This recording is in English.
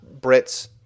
Brits